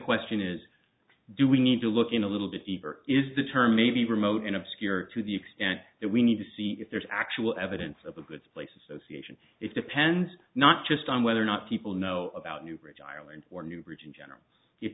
question is do we need to look in a little bit deeper is the term maybe remote and obscure to the extent that we need to see if there's actual evidence of a good place association it depends not just on whether or not people know about new bridge ireland or new bridge in general